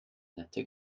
nette